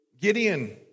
Gideon